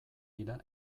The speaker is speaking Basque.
dira